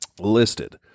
listed